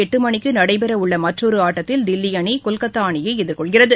எட்டுமணிக்குநடைபெறவுள்ளமற்றொருஆட்டத்தில் இன்றிரவு தில்லிஅணி கொல்கத்தாஅணியைஎதிர்கொள்கிறது